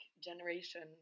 generation